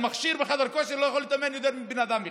על מכשיר בחדר כושר לא יכול להתאמן יותר מבן אדם אחד.